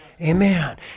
Amen